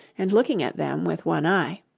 and looking at them with one eye